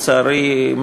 לצערי,